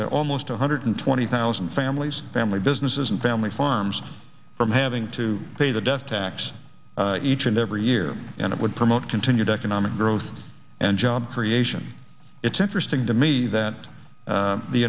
almost one hundred twenty thousand families family businesses and family farms from having to pay the death tax each and every year and it would promote continued economic growth and job creation it's interesting to me that